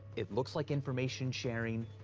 it looks like information sharing.